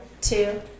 two